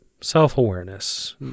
self-awareness